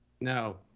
No